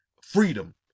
freedom